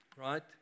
right